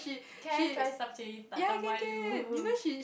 can I try some